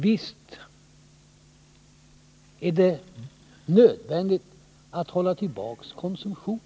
Visst är det nödvändigt att hålla tillbaks konsumtionen.